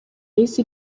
yahise